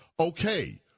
okay